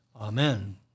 Amen